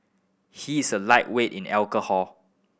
he is a lightweight in alcohol